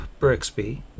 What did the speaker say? Brixby